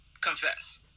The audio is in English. confess